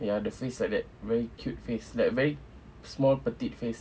ya the face like that very cute face like very small petite face